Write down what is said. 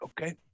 okay